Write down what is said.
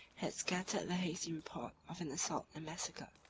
had scattered the hasty report of an assault and massacre.